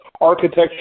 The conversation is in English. architecture